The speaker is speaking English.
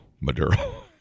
Maduro